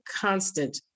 constant